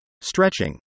stretching